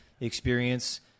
experience